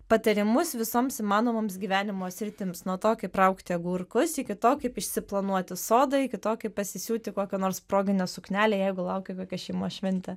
patarimus visoms įmanomoms gyvenimo sritims nuo to kaip raugti agurkus iki to kaip išsiplanuoti sodą iki to kaip pasisiūti kokią nors proginę suknelę jeigu laukia kokią šeimos šventė